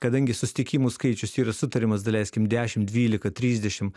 kadangi susitikimų skaičius yra sutariamas daleiskim dešim dvylika trisdešim